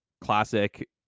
classic